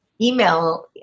email